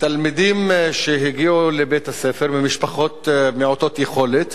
תלמידים שהגיעו לבית-הספר ממשפחות מעוטות יכולת,